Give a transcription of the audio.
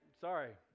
Sorry